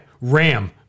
Ram